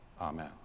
Amen